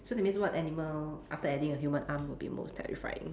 so that means what animal after adding a human arm would be most terrifying